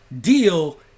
deal